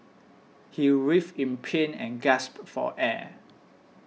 he writhed in pain and gasped for air